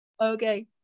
Okay